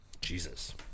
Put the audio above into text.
Jesus